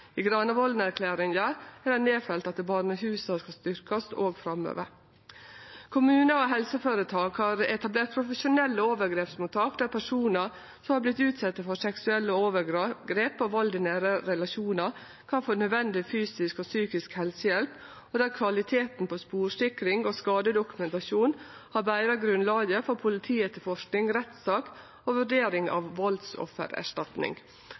I Granavolden-plattforma er det nedfelt at barnehusa skal styrkjast òg framover. Kommunar og helseføretak har etablert profesjonelle overgrepsmottak der personar som har vore utsette for seksuelle overgrep og vald i nære relasjonar, kan få nødvendig fysisk og psykisk helsehjelp, og der kvaliteten på sporsikring og skadedokumentasjon har betra grunnlaget for politietterforsking, rettssak og vurdering